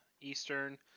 Eastern